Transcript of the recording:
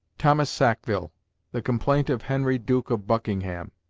thomas sackville the complaint of henry duke of buckingham,